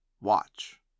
Watch